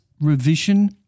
revision